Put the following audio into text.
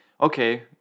okay